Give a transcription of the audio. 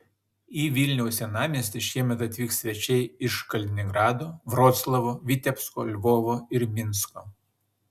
į vilniaus senamiestį šiemet atvyks svečiai iš kaliningrado vroclavo vitebsko lvovo ir minsko